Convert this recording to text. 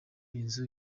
inzu